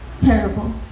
terrible